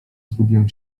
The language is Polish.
zgubię